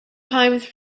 times